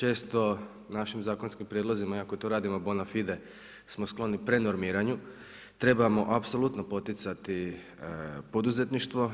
Često našim zakonskim prijedlozima i ako to radimo bona fide smo skloni prenormiranju, trebamo apsolutno poticati poduzetništvo.